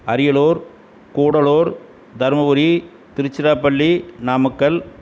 Ariyalur Gudalur Dharmapuri Tiruchirappalli Namakkal